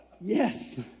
yes